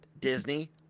Disney